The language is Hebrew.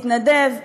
להתנדב,